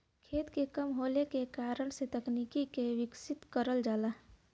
खेत के कम होले के कारण से तकनीक के विकसित करल जाला